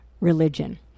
religion